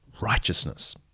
righteousness